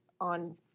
on